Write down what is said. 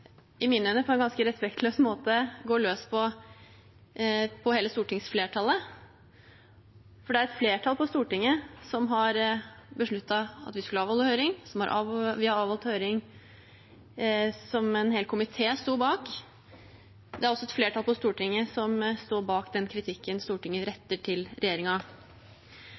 i mine øyne, på en ganske respektløs måte går løs på hele stortingsflertallet, for det var et flertall på Stortinget som besluttet at vi skulle avholde høring. Vi har avholdt høring, noe som en hel komité sto bak. Det er også et flertall på Stortinget som står bak den kritikken Stortinget retter